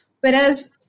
Whereas